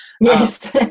Yes